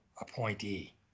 appointee